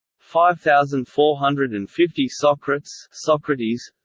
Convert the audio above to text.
five thousand four hundred and fifty sokrates sokrates